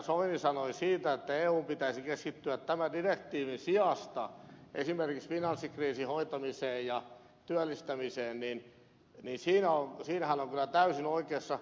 soini sanoi siitä että eun pitäisi keskittyä tämän direktiivin sijasta esimerkiksi finanssikriisin hoitamiseen ja työllistämiseen hän on kyllä täysin oikeassa